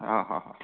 অ অ